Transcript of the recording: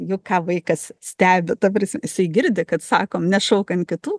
juk ką vaikas stebi ta prasm jisai girdi kad sakom nešauk ant kitų